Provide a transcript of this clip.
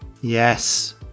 Yes